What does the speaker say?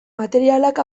materialak